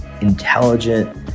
intelligent